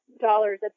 dollars